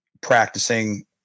practicing